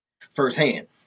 firsthand